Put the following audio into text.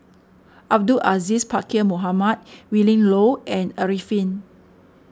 Abdul Aziz Pakkeer Mohamed Willin Low and Arifin